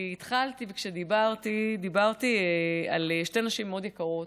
כי כשהתחלתי דיברתי על שתי נשים מאוד יקרות.